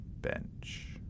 bench